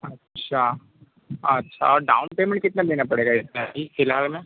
अच्छा अच्छा और डाउन पेमेंट कितना देना पड़ेगा इसमें अभी फ़िलहाल में